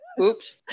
Oops